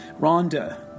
Rhonda